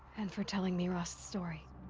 and for telling me rost's story.